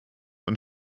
und